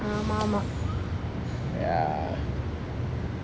ya